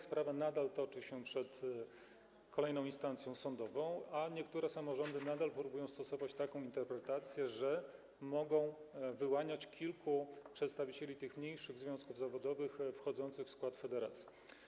Sprawa jednak nadal się toczy, przed kolejną instancją sądową, a niektóre samorządy nadal próbują stosować taką interpretację, że mogą wyłaniać kilku przedstawicieli tych mniejszych związków zawodowych wchodzących w skład federacji.